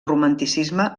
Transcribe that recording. romanticisme